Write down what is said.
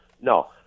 No